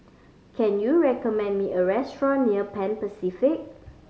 can you recommend me a restaurant near Pan Pacific